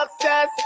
success